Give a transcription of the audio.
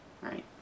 right